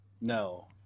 No